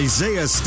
Isaiah